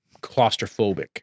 claustrophobic